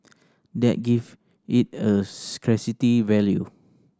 that give it a scarcity value